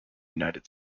united